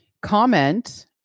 comment